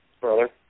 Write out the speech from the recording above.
Brother